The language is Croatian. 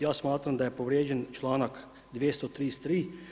Ja smatram da je povrijeđen članak 233.